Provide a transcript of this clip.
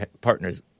partner's